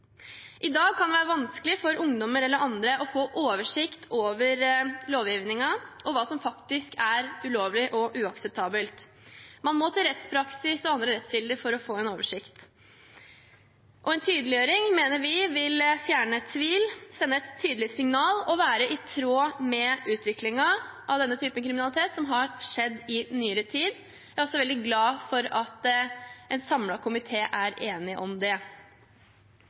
I dag kan det være vanskelig for ungdommer eller andre å få oversikt over lovgivningen og hva som faktisk er ulovlig og uakseptabelt. Man må til rettspraksis og andre rettskilder for å få en oversikt. Vi mener at en tydeliggjøring vil fjerne tvil, sende et tydelig signal og være i tråd med utviklingen av denne typen kriminalitet som har skjedd i nyere tid. Vi er også veldig glad for at en samlet komité er enig om det.